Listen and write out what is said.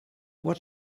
what